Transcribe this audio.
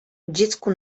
dziecku